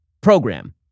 program